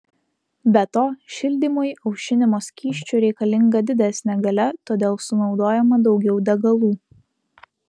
be to šildymui aušinimo skysčiu reikalinga didesnė galia todėl sunaudojama daugiau degalų